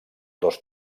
dos